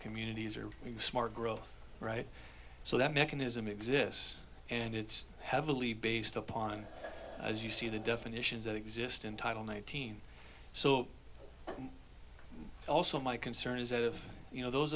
communities are smart growth right so that mechanism exists and it's heavily based upon as you see the definitions that exist in title nineteen so also my concern is that if you know those